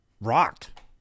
rocked